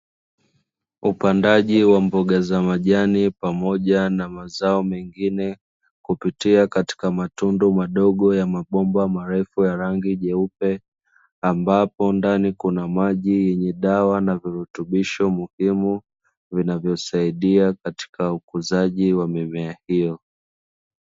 Upandaji wa mboga za majani pamoja na mazao mengine kupitia katika matundu madogo ya mabomba marefu ya rangi nyeupe, ambapo ndani kuna maji yenye dawa na virutubisho muhimu vinavyosaidia katika ukuzaji wa mimea hiyo.